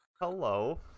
Hello